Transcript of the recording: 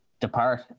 depart